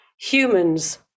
humans